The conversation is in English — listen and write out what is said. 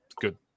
Good